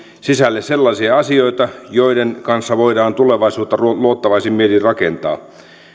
sisälle sellaisia asioita joiden kanssa voidaan tulevaisuutta luottavaisin mielin rakentaa